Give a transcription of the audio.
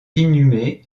inhumé